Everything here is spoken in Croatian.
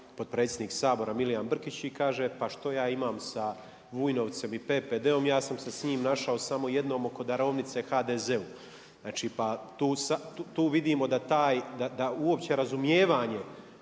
potpredsjednik Sabora Milijan Brkić i kaže pa što ja imam sa Vujnovcem i PPD-om. Ja sam se s njim našao samo jednom oko darovnice HDZ-u. Znači tu vidimo da taj, da uopće razumijevanje